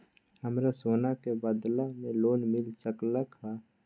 हमरा सोना के बदला में लोन मिल सकलक ह?